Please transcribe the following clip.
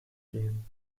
gehen